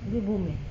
dia boom eh